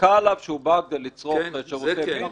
חזקה עליו שהוא בא כדי לצרוך שירותי מין?